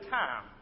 time